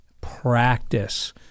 practice